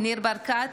ניר ברקת,